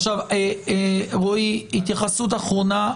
רועי, התייחסות אחרונה.